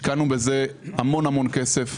השקענו בזה המון כסף,